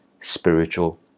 spiritual